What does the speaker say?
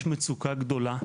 יש מצוקה גדולה,